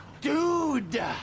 dude